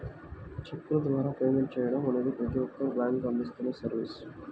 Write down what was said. చెక్కుల ద్వారా పేమెంట్ చెయ్యడం అనేది ప్రతి ఒక్క బ్యేంకూ అందిస్తున్న సర్వీసే